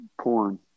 Porn